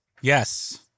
Yes